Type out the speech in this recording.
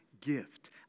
gift